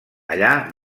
allà